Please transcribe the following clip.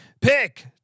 Pick